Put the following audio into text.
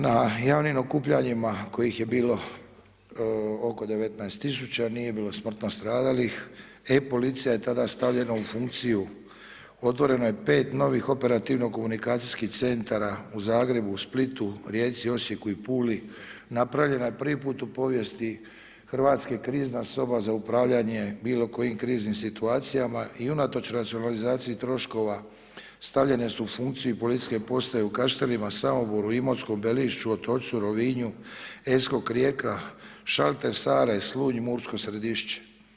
Na javnim okupljanjima kojih je bilo oko 19 000, nije bilo smrtno stradalih, e-policija je tada stavljena u funkciju, otvoreno je 5 novih operativno-komunikacijskih centara u Zagrebu, u Splitu, Rijeci, Osijeku i Puli, napravljena je prvi puta u povijesti, Hrvatska krizna soba za upravljanje bilokojim kriznim situacijama i unatoč racionalizaciji troškova stavljene su u funkciji policijske postaje u Kaštelima, Samoboru, Imotskom, Belišću, Otočcu, Rovinju, … Rijeka, … Slunj, Mursko Središće.